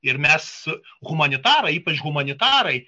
ir mes humanitarai ypač humanitarai